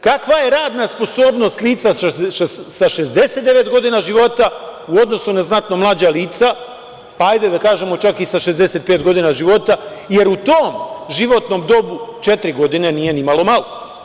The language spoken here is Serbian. Kakva je radna sposobnost lica sa 69 godina života u odnosu na znatno mlađa lica, pa hajde da kažemo čak i sa 65 godina života, jer u tom životnom dobu četiri godine nije nimalo malo.